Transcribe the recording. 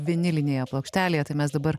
vinilinėje plokštelėje tai mes dabar